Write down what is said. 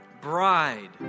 bride